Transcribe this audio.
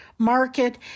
market